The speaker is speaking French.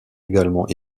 également